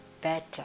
better